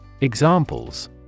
Examples